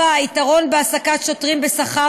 4. היתרון בהעסקת שוטרים בשכר,